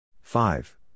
Five